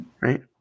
right